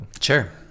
sure